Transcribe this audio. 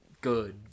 good